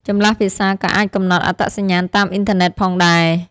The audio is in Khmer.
ចម្លាស់ភាសាក៏អាចកំណត់អត្តសញ្ញាណតាមអ៊ីនធឺណិតផងដែរ។